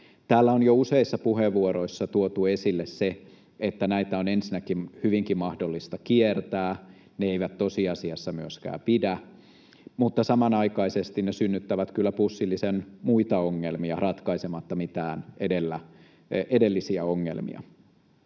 Täällä on jo useissa puheenvuoroissa tuotu esille se, että näitä on ensinnäkin hyvinkin mahdollista kiertää. Ne eivät tosiasiassa myöskään pidä, mutta samanaikaisesti ne synnyttävät kyllä pussillisen muita ongelmia ratkaisematta mitään edellisiä ongelmia.